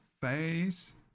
face